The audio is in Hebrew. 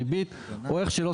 ריבית או איך שלא תקרא לזה.